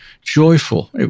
joyful